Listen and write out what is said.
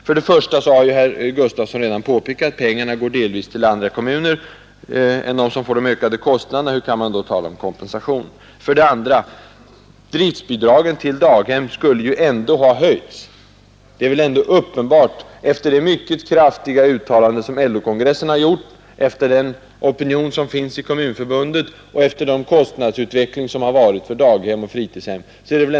Som herr Gustavsson redan har påpekat går för det första pengarna delvis till andra kommuner än de, som får de ökade kostnaderna. Hur kan man då tala om kompensation? För det andra skulle ju driftbidragen till daghem ändå ha höjts. Detta är uppenbart efter de mycket kraftiga uttalanden som LO-kongressen har gjort, efter den opinion som finns i Kommunförbundet och efter den kostnadsutveckling som inträffat för daghem och fritidshem.